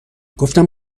گفتم